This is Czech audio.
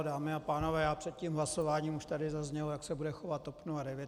Dámy a pánové, před tím hlasováním už tady zaznělo, jak se bude chovat TOP 09.